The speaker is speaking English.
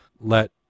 let